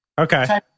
okay